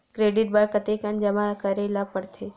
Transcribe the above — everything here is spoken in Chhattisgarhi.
क्रेडिट बर कतेकन जमा करे ल पड़थे?